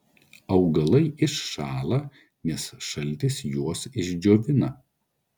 augalai iššąla nes šaltis juos išdžiovina